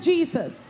Jesus